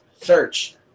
search